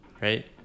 Right